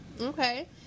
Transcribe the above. Okay